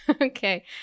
okay